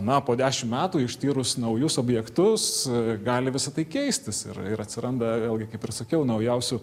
na po dešim metų ištyrus naujus objektus gali visą tai keistis ir ir atsiranda vėlgi kaip ir sakiau naujausių